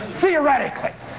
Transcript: Theoretically